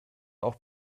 auch